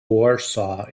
warsaw